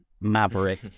Maverick